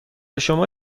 شما